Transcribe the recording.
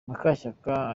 mukashyaka